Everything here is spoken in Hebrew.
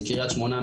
זה קריית שמונה,